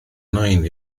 nain